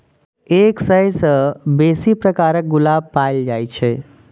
एक सय सं बेसी प्रकारक गुलाब पाएल जाए छै